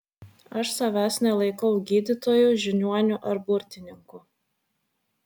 aš savęs nelaikau gydytoju žiniuoniu ar burtininku